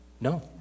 No